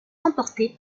remporté